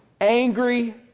angry